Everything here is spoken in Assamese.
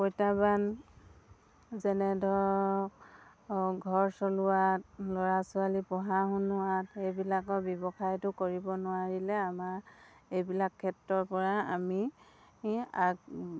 প্ৰত্যাহ্বান যেনে ধৰক ঘৰ চলোৱাত ল'ৰা ছোৱালী পঢ়া শুনোৱাত এইবিলাকৰ ব্যৱসায়টো কৰিব নোৱাৰিলে আমাৰ এইবিলাক ক্ষেত্ৰৰপৰা আমি আগ